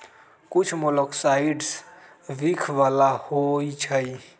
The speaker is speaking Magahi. कुछ मोलॉक्साइड्स विख बला होइ छइ